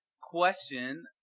question